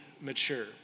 mature